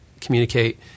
communicate